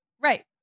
right